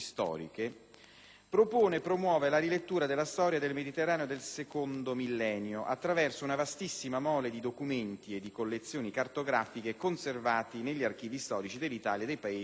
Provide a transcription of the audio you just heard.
propone e promuove la rilettura della storia del Mediterraneo del secondo millennio attraverso una vastissima mole di documenti e di collezioni cartografiche conservati negli archivi storici dell'Italia e dei Paesi del Mediterraneo.